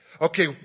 Okay